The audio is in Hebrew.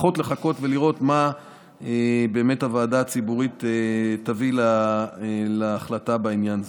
לפחות לחכות ולראות מה באמת הוועדה הציבורית תביא להחלטה בעניין זה.